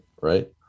Right